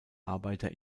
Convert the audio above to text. arbeiter